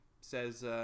says